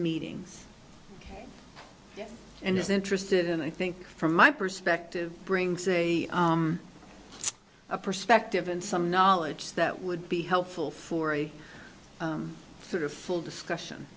meetings and is interested in i think from my perspective brings a a perspective and some knowledge that would be helpful for a sort of full discussion